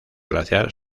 glaciar